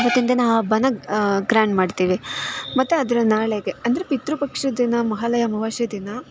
ಆವತ್ತಿನ ದಿನ ಆ ಹಬ್ಬಾನ ಗ್ರ್ಯಾಂಡ್ ಮಾಡ್ತೀವಿ ಮತ್ತು ಅದರ ನಾಳೆಗೆ ಅಂದರೆ ಪಿತೃಪಕ್ಷ ದಿನ ಮಹಾಲಯ ಅಮಾವಾಸ್ಯೆ ದಿನ